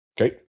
Okay